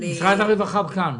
הם כאן.